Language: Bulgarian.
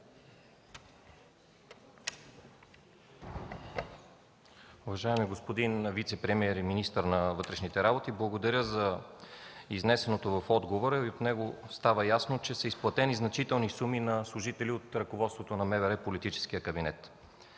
Уважаеми господин вицепремиер и министър на вътрешните работи, благодаря за изнесеното в отговора Ви. От него става ясно, че са изплатени значителни суми от ръководството на МВР – политическия кабинет.